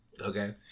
Okay